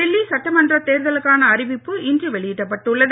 டில்லி சட்டமன்ற தேர்தலுக்கான அறிவிப்பு இன்று வெளியிடப்பட்டு உள்ளது